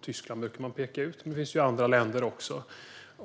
Tyskland brukar man peka ut, men det finns också andra länder. Den